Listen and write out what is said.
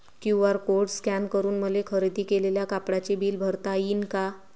QR code scan करून मले खरेदी केलेल्या कापडाचे बिल भरता यीन का?